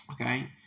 Okay